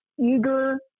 eager